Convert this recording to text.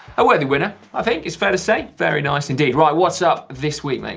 a worthy winner, i think. it's fair to say. fairly nice indeed. right, what's up this week, mate?